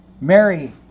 Mary